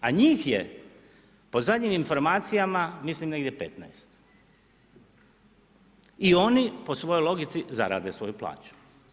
A njih je po zadnjim informacijama mislim negdje 15. i oni po svoj logici zarade svoju plaću.